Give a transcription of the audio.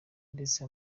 ndetse